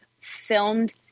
filmed